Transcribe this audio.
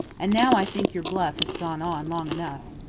and now i think your bluff has gone on long enough.